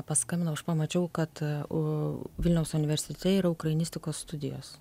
paskambinau aš pamačiau kad a u vilniaus universitete yra ukrainistikos studijos